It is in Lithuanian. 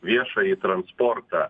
viešąjį transportą